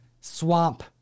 swamp